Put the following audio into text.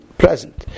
present